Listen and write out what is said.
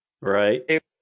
Right